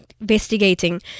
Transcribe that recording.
investigating